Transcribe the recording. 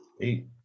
eight